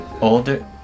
Older